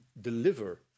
deliver